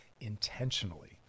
intentionally